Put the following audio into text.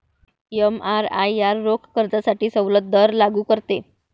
एमआरआयआर रोख कर्जासाठी सवलत दर लागू करते